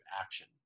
action